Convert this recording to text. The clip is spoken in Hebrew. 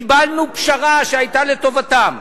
קיבלנו פשרה שהיתה לטובתם.